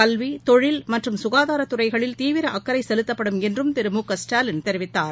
கல்வி தொழில் மற்றும் சுகாதாரத்துறைகளில் தீவிர அக்கறை செலுத்தப்படும் என்றும் மு க ஸ்டாலின் தெரிவித்தார்